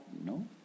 No